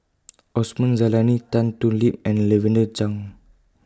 Osman Zailani Tan Thoon Lip and Lavender Chang